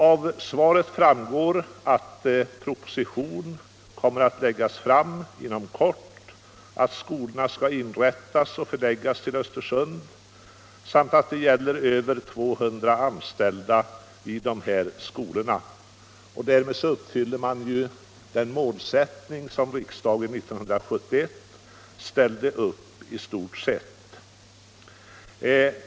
Av svaret framgår att proposition kommer att läggas fram inom kort, att skolorna skall inrättas och förläggas till Östersund samt att det gäller över 200 anställda. Därmed uppfyller man i stort sett den målsättning som riksdagen 1971 ställde upp.